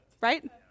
right